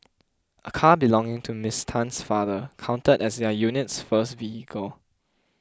a car belonging to Ms Tan's father counted as their unit's first vehicle